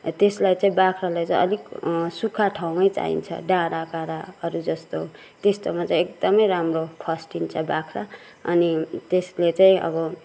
त्यसलाई चाहिँ बाख्रालाई चाहिँ अलिक सुक्खा ठाउँ नै चाहिन्छ डाँडाकाँडाहरू जस्तो त्यस्तोमा चाहिँ एकदमै राम्रो फस्टिन्छ बाख्रा अनि त्यसले चाहिँ अब